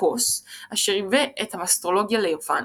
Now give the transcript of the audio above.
קוס אשר ייבא את האסטרולוגיה ליוון.